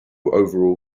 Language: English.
overall